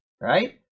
Right